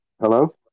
Hello